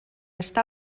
està